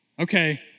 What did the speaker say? Okay